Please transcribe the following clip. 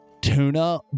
tuna